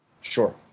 Sure